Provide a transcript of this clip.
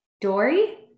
Dory